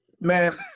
man